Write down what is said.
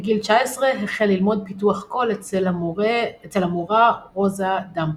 בגיל 19 החל ללמוד פיתוח קול אצל המורה רוזה דאמפוף.